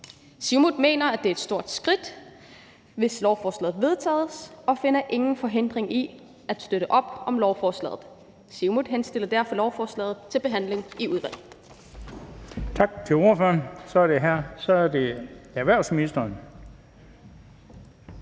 Siumut mener, at det er et stort skridt, hvis lovforslaget vedtages, og finder ingen forhindringer i at støtte op om lovforslaget. Siumut anbefaler derfor lovforslaget til behandling i udvalget.